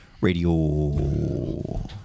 radio